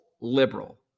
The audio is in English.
liberal